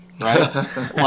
right